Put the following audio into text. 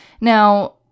Now